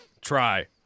Try